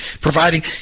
providing